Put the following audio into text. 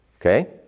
Okay